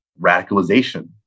radicalization